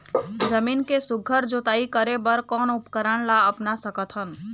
जमीन के सुघ्घर जोताई करे बर कोन उपकरण ला अपना सकथन?